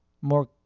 more